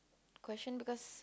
question because